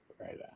Right